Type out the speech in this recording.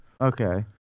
Okay